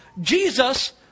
Jesus